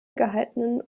gehaltenen